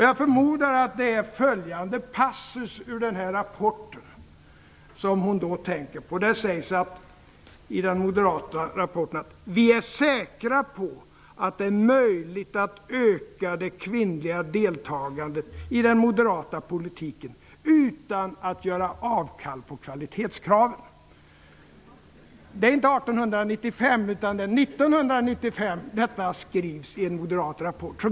Jag förmodar att det är följande passus i den moderata rapporten som hon då tänker på: Vi är säkra på att det är möjligt att öka det kvinnliga deltagandet i den moderata politiken utan att göra avkall på kvalitetskraven. Det är inte år 1895 utan år 1995 som detta skrivs i en moderat rapport.